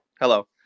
hello